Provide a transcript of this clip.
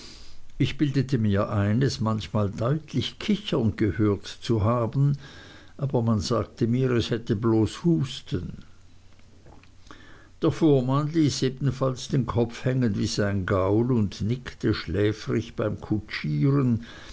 ich bildete mir ein es manchmal deutlich kichern gehört zu haben aber man sagte mir es hätte bloß husten der fuhrmann ließ ebenfalls den kopf hängen wie sein gaul und nickte schläfrig beim kutschieren